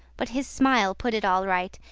but his smile put it all right,